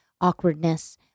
awkwardness